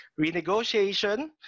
renegotiation